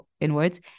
inwards